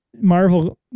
Marvel